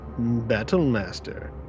Battlemaster